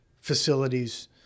facilities